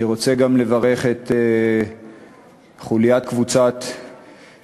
אני רוצה גם לברך את החוליה של יחידת נחשון,